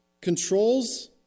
controls